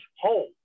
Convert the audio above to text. home